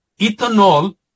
ethanol